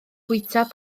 bwyta